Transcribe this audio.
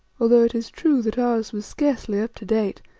although it is true that ours was scarcely up to date,